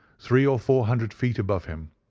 three or four hundred feet above him,